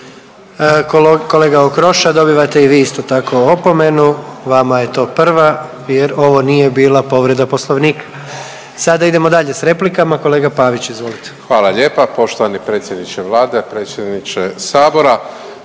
Kolega Okroša, dobivate i vi isto tako opomenu. Vama je to prva jer ovo nije bila povreda Poslovnika. Sada idemo dalje s replikama, kolega Pavić, izvolite. **Pavić, Marko (HDZ)** Hvala lijepa. Poštovani predsjedniče Vlade, predsjedniče Sabora.